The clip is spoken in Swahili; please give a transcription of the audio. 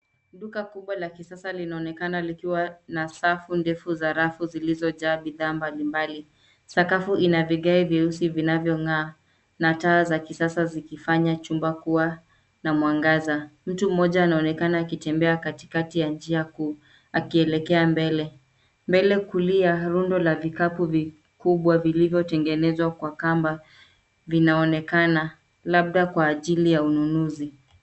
Duka kubwa la kisasa linaonekana likiwa na safu ndefu za safu zilizojaa bidhaa mbalimbali. Sakafu ina vigae vyeusi vinavyong'aa na taa za kisasa zikifanya chumba kuwa na mwangaza. Mtu mmoja anaonekana akitembea katikati ya njia kuu akielekea mbele. Mbele kulia, rundo la vikapu vikubwa vilivyotengenezwa kwa kamba vinaonekana labda kwa ajili ya ununuzi.